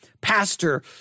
pastor